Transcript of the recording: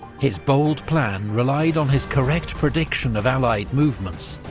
his bold plan relied on his correct prediction of allied movements,